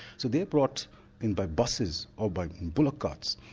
so they are brought in by buses, or by bullock carts,